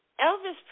elvis